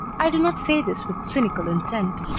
i do not say this with cynical intent.